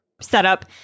setup